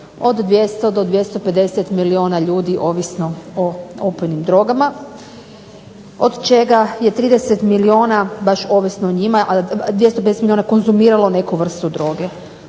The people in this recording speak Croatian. od 200 do 250 ljudi ovisno o opojnim drogama od čega je 30 milijuna baš ovisno o njima, a 250 milijuna konzumiralo neku vrstu droge.